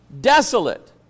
desolate